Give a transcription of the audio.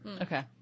Okay